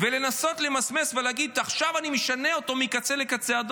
ולנסות למסמס ולהגיד "עכשיו אני משנה אותו מקצה לקצה",